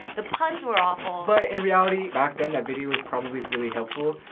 the puns were awful. but in reality back then that video was probably really helpful.